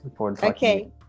Okay